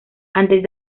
antes